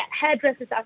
hairdressers